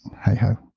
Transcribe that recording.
hey-ho